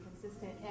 consistent